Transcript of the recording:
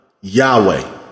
Yahweh